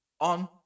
on